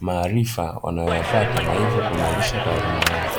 maarifa wanayoyapata, na hivyo kuimarisha taaluma yao.